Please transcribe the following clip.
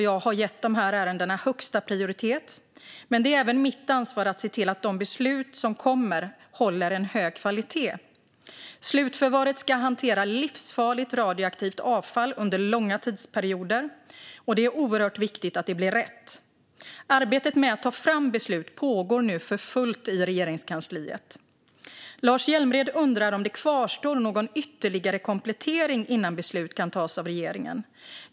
Jag har gett ärendena högsta prioritet, men det är även mitt ansvar att se till att de beslut som kommer håller hög kvalitet. I slutförvaret ska det förvaras livsfarligt radioaktivt avfall under långa tidsperioder, och det är oerhört viktigt att det blir rätt. Arbetet med att ta fram beslut pågår nu för fullt i Regeringskansliet. Lars Hjälmered undrar om det kvarstår någon ytterligare komplettering innan beslut kan tas av regeringen.